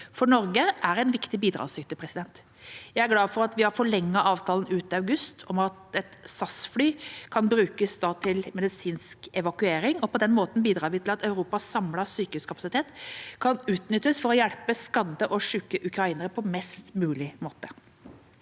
EU. Norge er en viktig bidragsyter. Jeg er glad for at vi har forlenget avtalen ut august om at et SAS-fly kan brukes til medisinsk evakuering. På den måten bidrar vi til at Europas samlede sykehuskapasitet kan utnyttes for å hjelpe skadde og syke ukrainere på best mulig måte.